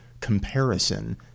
comparison